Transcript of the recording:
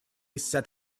set